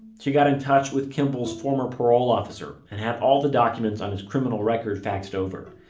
she got in touch with kimball's former parole officer and had all the documents on his criminal record faxed over.